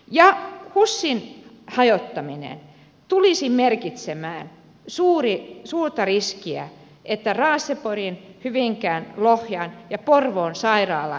ja husin hajottaminen tulisi merkitsemään suurta riskiä että raaseporin hyvinkään lohjan ja porvoon sairaalat kuihtuisivat